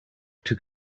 took